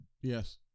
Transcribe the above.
Yes